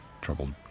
troubled